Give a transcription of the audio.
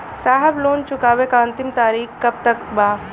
साहब लोन चुकावे क अंतिम तारीख कब तक बा?